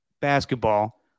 basketball